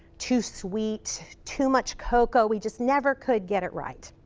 too sweet, too much cocoa, we just never could get it right.